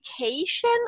Education